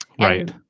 Right